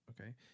Okay